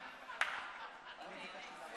בעד טלב אבו עראר,